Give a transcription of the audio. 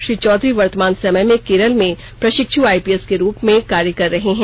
श्री चौधरी वर्तमान समय में केरल में प्रशिक्षु आईपीएस के रूप में कार्य कर रहे हैं